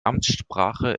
amtssprache